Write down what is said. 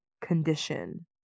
condition